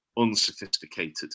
unsophisticated